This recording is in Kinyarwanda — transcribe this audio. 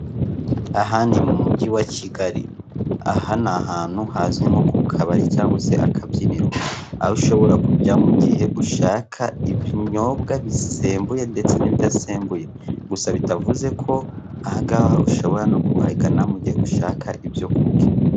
Aha ni mu mujyi wa Kigali, aha ni ahantu hazwi nko ku kabari cyangwa se akabyiniro aho ushobora kujya mu gihe ushaka ibinyobwa bisembuye ndetse n'ibidasembuye, gusa bitavuze ko aha ngaha ushobora no kuhagana mu gihe ushaka ibyo kurya.